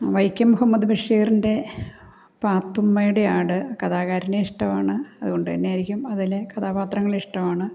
വൈക്കം മുഹമ്മദ് ബഷീറിൻ്റെ പാത്തുമ്മയുടെ ആട് കഥാകാരനെ ഇഷ്ടമാണ് അതുകൊണ്ടു തന്നെയായിരിക്കും അതിലെ കഥാപാത്രങ്ങൾ ഇഷ്ടമാണ്